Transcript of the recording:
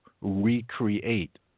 recreate